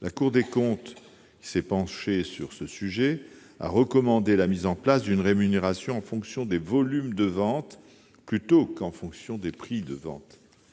La Cour des comptes, qui s'est penchée sur ce sujet, a recommandé la mise en place d'une rémunération en fonction des volumes de vente plutôt qu'en fonction des prix de vente.